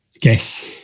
Guess